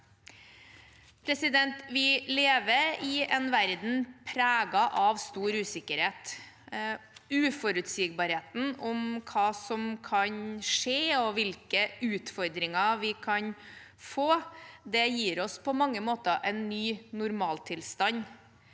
smittevern. Vi lever i en verden preget av stor usikkerhet. Uforutsigbarheten om hva som kan skje, og hvilke utfordringer vi kan få, gir oss på mange måter en ny normaltilstand.